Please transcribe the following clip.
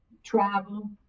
travel